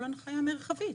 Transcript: כל הנחיה מרחבית.